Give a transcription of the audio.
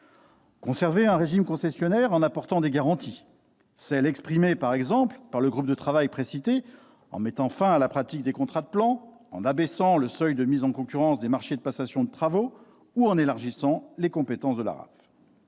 conserver un régime concessionnaire en introduisant des garanties, comme celles qu'a proposées le groupe de travail précité, en mettant fin à la pratique des contrats de plan, en abaissant le seuil de mise en concurrence des marchés de passation de travaux ou en élargissant les compétences de l'Arafer